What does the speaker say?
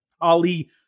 Ali